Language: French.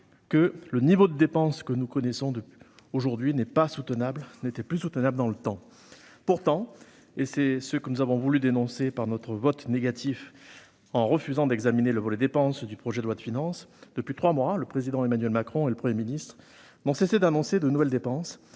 :« Le niveau de dépenses que nous connaissons aujourd'hui n'est pas soutenable dans le temps. » Pourtant- c'est ce que nous avons voulu dénoncer par notre vote négatif, en refusant d'examiner le volet dépenses du projet de loi de finances -, depuis trois mois, le président Emmanuel Macron et le Premier ministre n'ont cessé d'annoncer de nouvelles dépenses